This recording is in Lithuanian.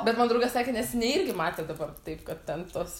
bet man draugas sakė neseniai irgi matė dabar taip kad ten tos